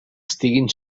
estiguin